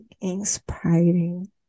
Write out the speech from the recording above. inspiring